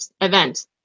event